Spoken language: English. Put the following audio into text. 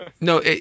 No